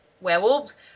werewolves